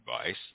advice